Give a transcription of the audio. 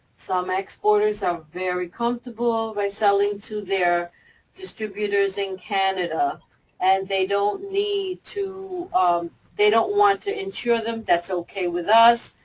some exporters are very comfortable by selling to their distributers in canada and they don't need to, um they don't want to insure them. that's okay with us.